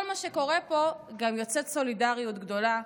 מה שקורה פה גם יוצאת סולידריות גדולה,